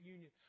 Union